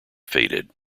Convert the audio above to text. faded